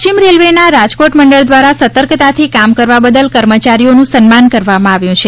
પશ્ચિમ રેલેવના રાજકોટ મંડળ દ્વારા સતર્કતાથી કામ કરવા બદલ કર્મચારીઓનું સન્માન કરવામાં આવ્યું છે